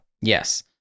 Yes